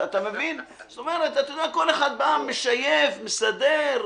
כל אחד בא, משייט, מסדר.